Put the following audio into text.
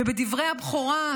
ובדברי הבכורה,